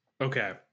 okay